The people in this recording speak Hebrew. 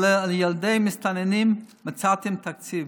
אבל לילדי מסתננים מצאתם תקציב.